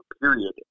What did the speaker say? period